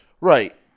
right